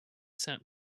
sap